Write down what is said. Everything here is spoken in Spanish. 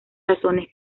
razones